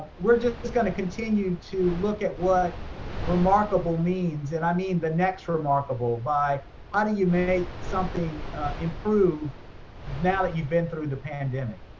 we're just just gonna continue to look at what remarkable means, and i mean the next remarkable by how do you make something improve now that you've been through the pandemic?